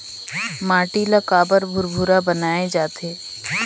माटी ला काबर भुरभुरा बनाय जाथे?